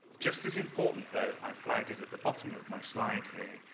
just as important though, i flagged it at the bottom of my slide here,